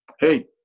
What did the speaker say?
hey